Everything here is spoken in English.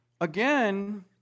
Again